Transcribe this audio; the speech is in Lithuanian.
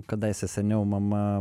kadaise seniau mama